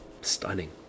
Stunning